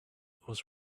was